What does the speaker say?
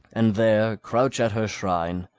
and there crouch at her shrine,